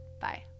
Bye